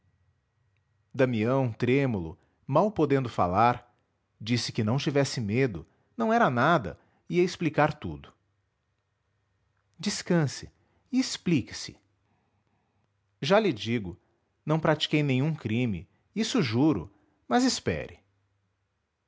damião trêmulo mal podendo falar disse que não tivesse medo não era nada ia explicar tudo descanse e explique se já lhe digo não pratiquei nenhum crime isso juro mas espere